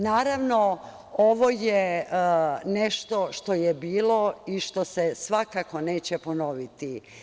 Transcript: Naravno, ovo je nešto što je bilo i što se svakako neće ponoviti.